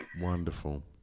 Wonderful